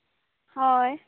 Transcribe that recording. हय